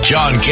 John